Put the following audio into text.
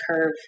curve